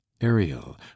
ariel